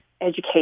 education